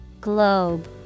globe